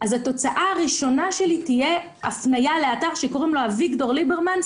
התוצאה הראשונה תהיה הפניה לאתר שקוראים לו: אביגדור ליברמן,